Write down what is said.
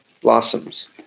blossoms